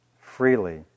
freely